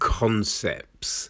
concepts